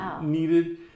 needed